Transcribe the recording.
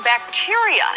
bacteria